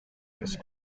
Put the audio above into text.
vez